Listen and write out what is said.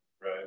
Right